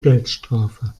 geldstrafe